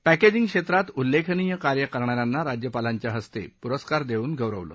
packaging क्षेत्रात उल्लेखनीय कार्य करणा यांना राज्यपालांच्या हस्ते पुरस्कार देऊन गौरवलं